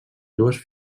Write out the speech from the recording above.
dues